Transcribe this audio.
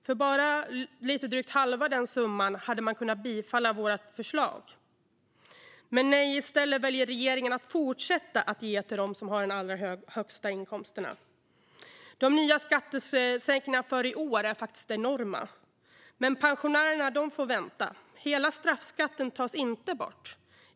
För bara lite drygt halva den summan hade man kunnat bifalla vårt förslag - men nej. I stället väljer regeringen att fortsätta ge till dem som har de allra högsta inkomsterna. De nya skattesänkningarna för i år är enorma. Men pensionärerna får vänta. Hela straffskatten tas inte bort.